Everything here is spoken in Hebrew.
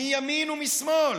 מימין ומשמאל,